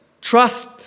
Trust